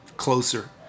closer